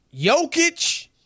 Jokic